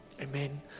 Amen